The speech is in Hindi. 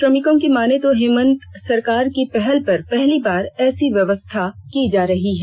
श्रमिको की माने तो हेमंत सरकार की पहल पर पहली बार ऐसी व्यवस्था की जा रही है